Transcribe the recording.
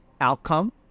outcome